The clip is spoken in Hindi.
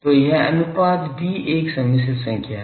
तो यह अनुपात भी एक समिश्र संख्या है